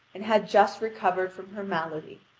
and had just recovered from her malady.